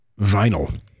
vinyl